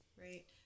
right